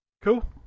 Cool